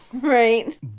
Right